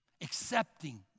accepting